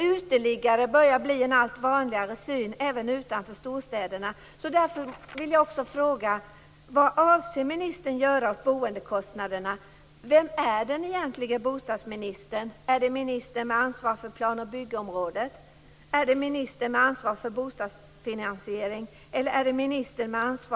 Uteliggare börjar bli en allt vanligare syn även utanför storstäderna.